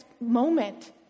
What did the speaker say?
moment